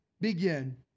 begin